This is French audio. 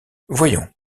voyons